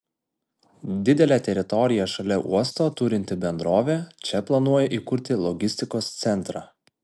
didelę teritoriją šalia uosto turinti bendrovė čia planuoja įkurti logistikos centrą